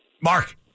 Mark